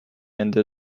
under